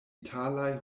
italaj